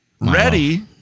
Ready